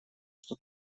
что